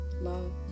love